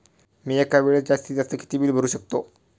मी एका वेळेस जास्तीत जास्त किती बिल भरू शकतो?